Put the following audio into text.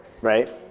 Right